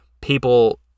people